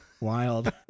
Wild